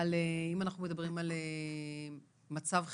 אם אנחנו מדברים על מצב חירום,